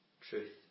truth